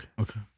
Okay